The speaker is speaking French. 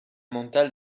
mental